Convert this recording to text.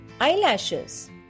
Eyelashes